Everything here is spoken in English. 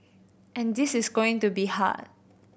and this is going to be hard